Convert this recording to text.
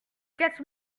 quatre